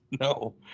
No